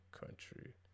country